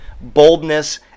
boldness